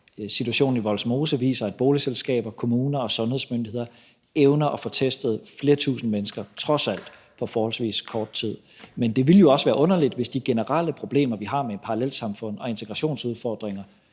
situationen i Vollsmose viser, at boligselskaber, kommuner og sundhedsmyndigheder evner at få testet flere tusind mennesker på trods alt forholdsvis kort tid. Men det ville jo også være underligt, hvis de generelle problemer, vi har med parallelsamfund og integrationsudfordringer,